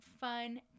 fun